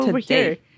today